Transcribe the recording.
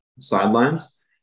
Sidelines